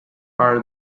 are